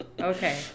Okay